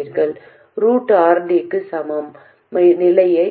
இப்போது ஒரு நிலையான